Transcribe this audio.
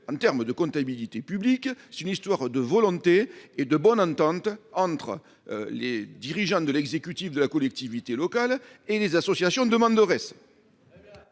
en termes de comptabilité publique. C'est une simple question de volonté et de bonne entente entre les dirigeants de l'exécutif de la collectivité locale et les associations demanderesses.